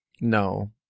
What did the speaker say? No